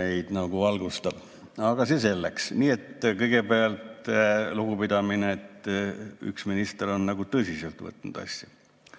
meid valgustab. Aga see selleks. Nii et kõigepealt lugupidamine, et üks minister on võtnud asja